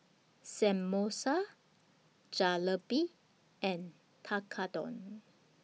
Samosa Jalebi and Tekkadon